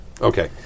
Okay